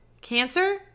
Cancer